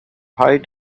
height